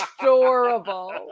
Adorable